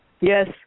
Yes